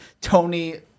Tony